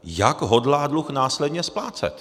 Jak hodlá dluh následně splácet?